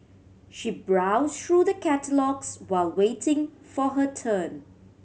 she browsed through the catalogues while waiting for her turn